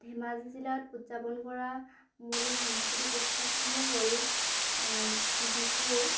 ধেমাজি জিলাত উদযাপন কৰা মূল সাংস্কৃতিক উৎসৱসমূহ হ'ল বিহু